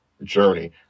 journey